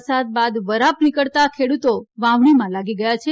વરસાદ બાદ વરાપ નીકળતાં ખેડૂતો વાવણીમાં લાગી ગયા છે